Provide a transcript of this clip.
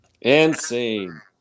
Insane